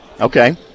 okay